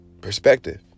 Perspective